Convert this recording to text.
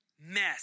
mess